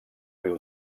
viu